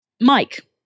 Mike